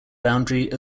boundary